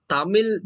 Tamil